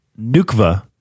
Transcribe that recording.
Nukva